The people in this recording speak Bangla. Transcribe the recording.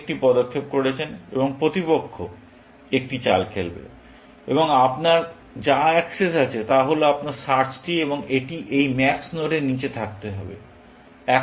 আপনি একটি পদক্ষেপ করেছেন এবং প্রতিপক্ষ একটি চাল খেলবে কিন্তু আপনার যা অ্যাক্সেস আছে তা হল আপনার সার্চ ট্রি এবং এটি এই ম্যাক্স নোডের নীচে থাকতে হবে